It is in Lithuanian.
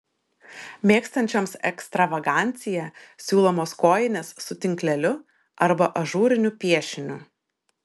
mėgstančioms ekstravaganciją siūlomos kojinės su tinkleliu arba ažūriniu piešiniu